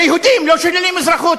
ליהודים לא שוללים אזרחות.